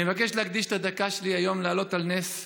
אני מבקש להקדיש את הדקה שלי היום להעלות על נס פרויקט,